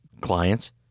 clients